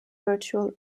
virtual